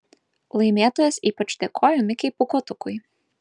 laimėtojas ypač dėkojo mikei pūkuotukui